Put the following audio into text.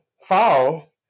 fall